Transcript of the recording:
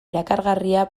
erakargarria